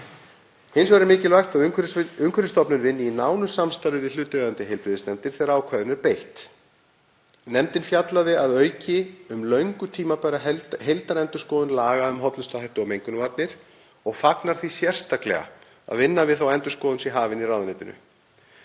Hins vegar er mikilvægt að Umhverfisstofnun vinni í nánu samstarfi við hlutaðeigandi heilbrigðisnefndir þegar ákvæðinu er beitt. Nefndin fjallaði að auki um löngu tímabæra heildarendurskoðun laga um hollustuhætti og mengunarvarnir og fagnar því sérstaklega að vinna við þá endurskoðun sé hafin í ráðuneytinu.